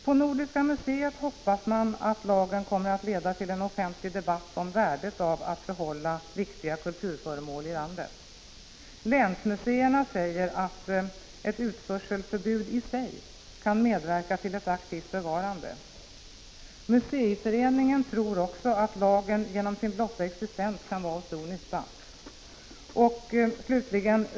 På Nordiska museet hoppas man att den nya lagen kommer att leda till en offentlig debatt om värdet av att behålla viktiga kulturföremål i landet. Länsmuseerna säger att ett utförselförbud i sig kan medverka till ett aktivt bevarande. Museiföreningen tror att lagen genom sin blotta existens kan vara av stor nytta.